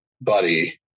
buddy